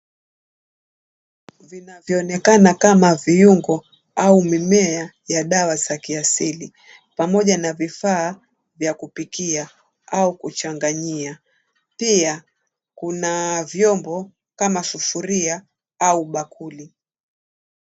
Vinavyoonekana kama viuongo au mimea ya dawa za kiasili pamoja na vifaa vya kupikia au kuchanganyia. Pia kuna vyombo kama sufuria au bakuli.